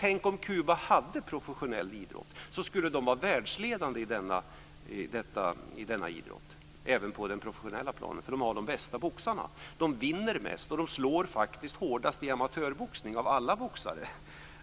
Tänk om Kuba hade professionell idrott så skulle de vara världsledande i denna idrott även på det professionella planet. De har de bästa boxarna, de vinner mest och de slår faktiskt hårdast i amatörboxning av alla boxare.